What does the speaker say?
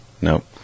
nope